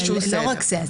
זה לא רק זה.